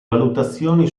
valutazioni